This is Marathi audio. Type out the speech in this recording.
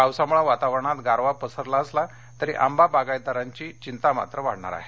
पावसामुळे वातावरणात गारवा पसरला असला तरी आंबा बागायतदारांची चिंता मात्र वाढणार आहे